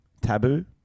Taboo